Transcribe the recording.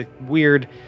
weird